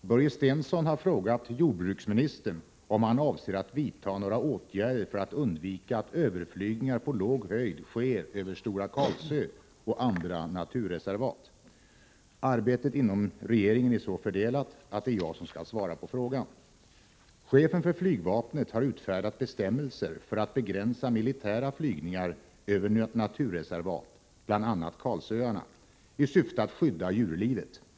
Börje Stensson har frågat jordbruksministern om han avser att vidta några åtgärder för att undvika att överflygningar på låg höjd sker över Stora Karlsö och andra naturreservat. Arbetet inom regeringen är så fördelat att det är jag som skall svara på frågan. Chefen för flygvapnet har utfärdat bestämmelser för att begränsa militära flygningar över naturreservat, bl.a. Karlsöarna, i syfte att skydda djurlivet.